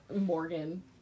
Morgan